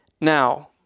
Now